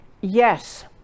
Yes